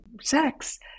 sex